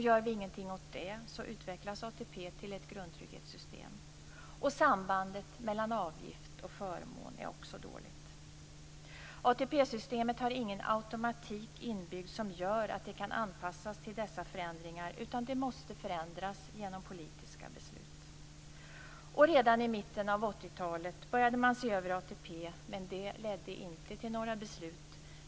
Gör vi ingenting åt det utvecklas ATP till ett grundtrygghetssystem. Sambandet mellan avgift och förmån är dåligt. ATP-systemet har ingen automatik inbyggd som gör att det kan anpassas till dessa förändringar, utan det måste förändras genom politiska beslut. Redan i mitten av 80-talet började man se över ATP, men det ledde inte till några beslut.